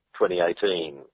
2018